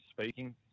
speaking